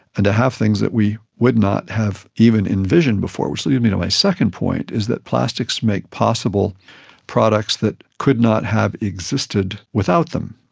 and to have things that we would not have even envisioned before. so you know my second point is that plastics make possible products that could not have existed without them,